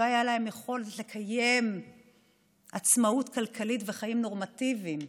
לא הייתה להם יכולת לקיים עצמאות כלכלית וחיים נורמטיביים.